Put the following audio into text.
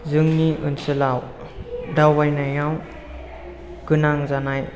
जोंनि ओनसोलाव दावबायनायाव गोनां जानाय